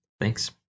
thanks